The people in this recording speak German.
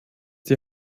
die